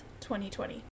2020